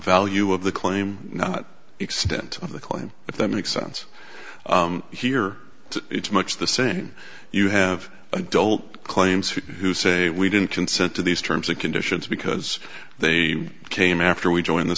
value of the claim not extent of the claim if that makes sense here it's much the same you have adult claims who who say we didn't consent to these terms and conditions because they came after we join the